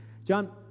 John